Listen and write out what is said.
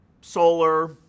solar